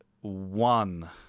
one